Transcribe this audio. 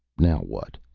now what?